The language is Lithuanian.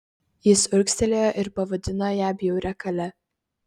jis urgztelėjo ir pavadino ją bjauria kale